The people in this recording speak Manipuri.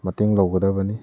ꯃꯇꯦꯡ ꯂꯧꯒꯗꯕꯅꯤ